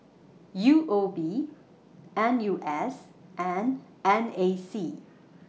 U O B N U S and N A C